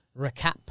recap